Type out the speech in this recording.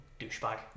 douchebag